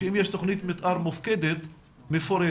אם יש תכנית מתאר מופקדת מפורטת,